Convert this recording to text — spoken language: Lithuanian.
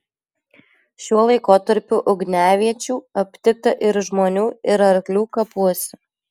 šiuo laikotarpiu ugniaviečių aptikta ir žmonių ir arklių kapuose